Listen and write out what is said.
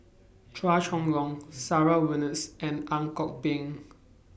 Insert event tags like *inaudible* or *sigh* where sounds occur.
*noise* Chua Chong Long Sarah Winstedt and Ang Kok Peng